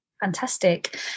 fantastic